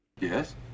Yes